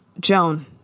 Joan